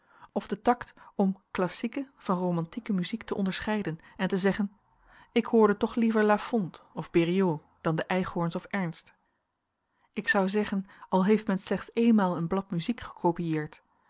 of den tact om classieke van romantieke muziek te onderscheiden en te zeggen ik hoorde toch liever lafont of beriot dan de eichhorns of ernst ik zou zeggen al heeft men slechts eenmaal een